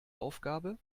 aufgabe